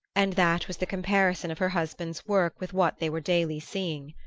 and that was the comparison of her husband's work with what they were daily seeing.